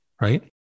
right